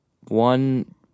one